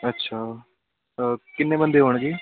ਅੱਛਾ ਕਿੰਨੇ ਬੰਦੇ ਹੋਣਗੇ